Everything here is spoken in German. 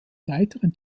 weiteren